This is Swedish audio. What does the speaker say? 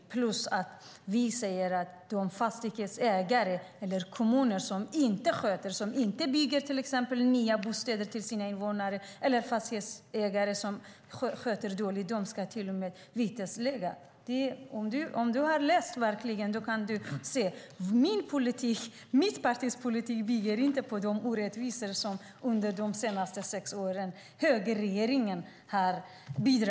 Dessutom säger vi att de som inte sköter sig, fastighetsägare eller kommuner som till exempel inte bygger nya bostäder till sina invånare, och fastighetsägare som sköter fastighetsbeståndet dåligt ska kunna vitesbeläggas. Om du har läst våra motioner kan du se det. Min och mitt partis politik bygger inte på de orättvisor som högerregeringen har bidragit till under de senaste sex åren.